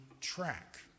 track